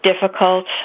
difficult